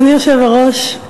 אדוני היושב-ראש,